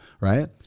right